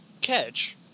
catch